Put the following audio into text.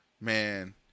Man